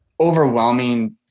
overwhelming